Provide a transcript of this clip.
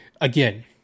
again